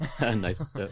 Nice